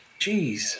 Jeez